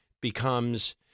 becomes